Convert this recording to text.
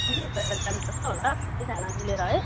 केही हुँंदैन काम त छ होला सबैजना मिलेर है